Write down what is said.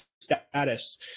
status